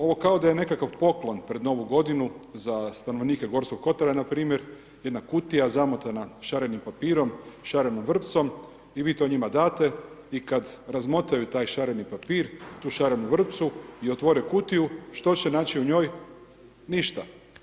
Ovo kao da je nekakav poklon pred Novu godinu za stanovnike Gorskog kotara npr. jedna kutija zamotana šarenim papirom, šarenom vrpcom i vi to njima date i kad razmotaju taj šareni papir tu šarenu vrpcu i otvore kutiju što će naći u njoj, ništa.